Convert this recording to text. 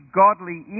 godly